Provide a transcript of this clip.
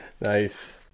Nice